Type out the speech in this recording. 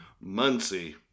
Muncie